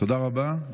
תודה רבה.